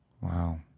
Wow